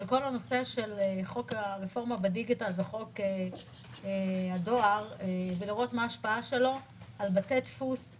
על חוק הרפורמה בדיגיטל וחוק הדואר ולראות מה ההשפעה שלו על בתי דפוס,